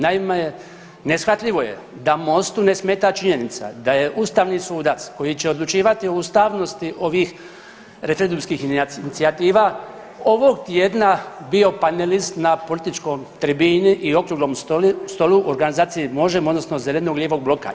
Naime, neshvatljivo je da MOST-u ne smeta činjenica da je ustavni sudac koji će odlučivati o ustavnosti ovih referendumskih inicijativa ovog tjedna bio panelist na političkoj tribini i okruglom stolu organizaciji Možemo odnosno zeleno-lijevog bloka.